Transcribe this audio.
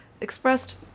expressed